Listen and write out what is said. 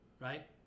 right